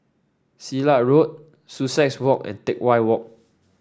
Silat Road Sussex Garden and Teck Whye Walk